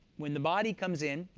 when the body comes in,